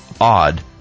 odd